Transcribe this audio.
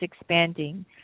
expanding